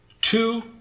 two